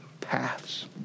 paths